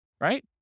right